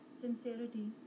sincerity